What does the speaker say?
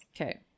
Okay